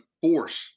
force